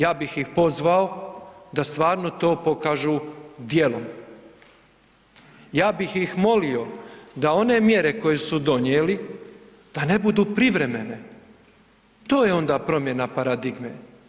Ja bih ih pozvao da stvarno to pokažu djelom, ja bih ih molio da one mjere koje su donijeli da ne budu privremene, to je onda promjena paradigme.